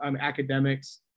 academics